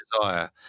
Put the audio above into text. desire